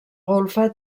golfa